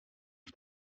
już